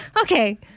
Okay